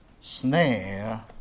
snare